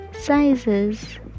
sizes